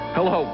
Hello